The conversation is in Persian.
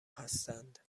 هستند